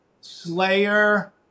Slayer